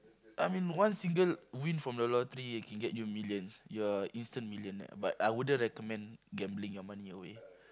I mean one single win from the lottery it can get you millions you are instant millionaire but I wouldn't recommend gambling your money away